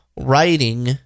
writing